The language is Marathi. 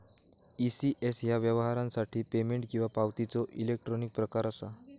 ई.सी.एस ह्या व्यवहारासाठी पेमेंट किंवा पावतीचो इलेक्ट्रॉनिक प्रकार असा